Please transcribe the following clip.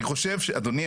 אדוני,